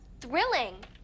thrilling